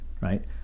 right